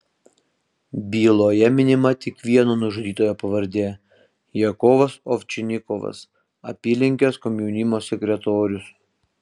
byloje minima tik vieno nužudytojo pavardė jakovas ovčinikovas apylinkės komjaunimo sekretorius